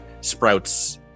Sprouts